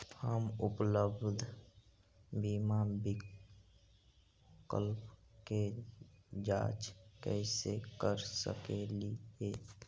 हम उपलब्ध बीमा विकल्प के जांच कैसे कर सकली हे?